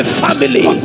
family